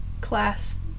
class